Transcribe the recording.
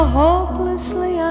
hopelessly